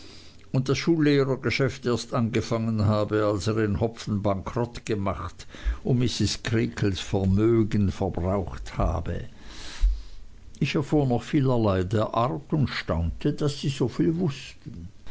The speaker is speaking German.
und das schullehrergeschäft erst angefangen habe als er in hopfen bankrott gemacht und mrs creakles vermögen verbraucht habe ich erfuhr noch vielerlei der art und staunte daß sie so viel wußten